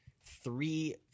three